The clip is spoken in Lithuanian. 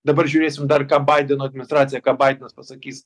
dabar žiūrėsim dar ką baideno administracija ką baidenas pasakys